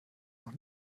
noch